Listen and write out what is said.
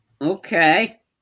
okay